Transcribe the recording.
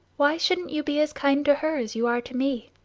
why shouldn't you be as kind to her as you are to me?